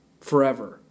forever